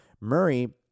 Murray –